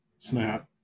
Snap